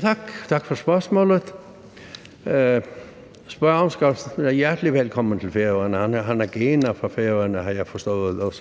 Tak, og tak for spørgsmålet. Spørgeren skal være hjertelig velkommen til Færøerne, han har også gener fra Færøerne, har jeg forstået,